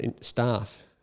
staff